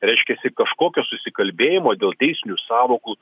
reiškiasi kažkokio susikalbėjimo dėl teisinių sąvokų